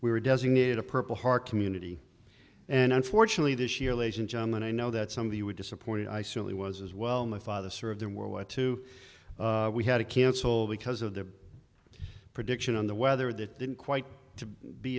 we were designated a purple heart community and unfortunately this year in germany i know that some of you would disappoint i certainly was as well my father served in world war two we had to cancel because of the prediction on the weather that didn't quite get to be